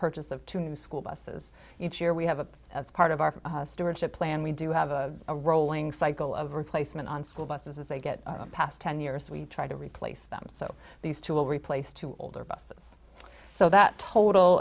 purchase of two new school buses each year we have a part of our stewardship plan we do have a rolling cycle of replacement on school buses as they get past ten years we try to replace them so these two will replace two older busses so that total